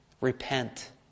Repent